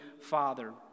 Father